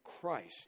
Christ